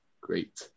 great